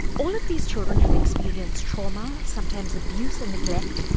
all of these children have experienced trauma, sometimes abuse and neglect,